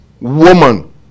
woman